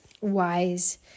wise